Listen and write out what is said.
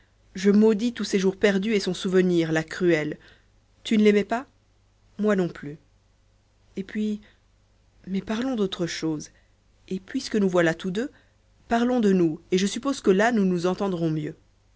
je maudis tous ces jours perdus et son souvenir la cruelle tu ne l'aimais pas moi non plus et puis mais parlons d'autre chose et puisque nous voilà tous deux parlons de nous et je suppose que là nous nous entendrons mieux